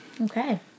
Okay